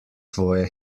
tvoje